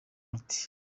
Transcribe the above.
loti